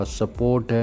support